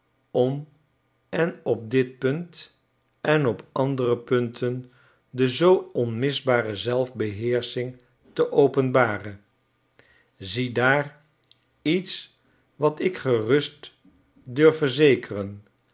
om en op dit punt en op andere pun ten de zoo onmisbare zelfbeheersching te openbaren ziedaar iets wat ik gerust durf verzekeren